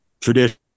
tradition